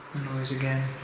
noise again.